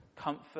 comfort